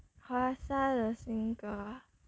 华莎的新歌